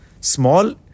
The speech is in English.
Small